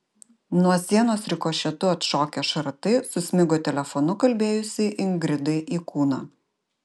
nuo sienos rikošetu atšokę šratai susmigo telefonu kalbėjusiai ingridai į kūną